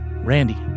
Randy